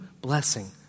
blessing